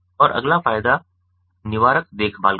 और अगला फायदा निवारक देखभाल का है